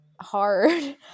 hard